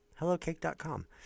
hellocake.com